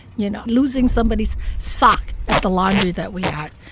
you know, losing somebody's sock at the laundry that we had,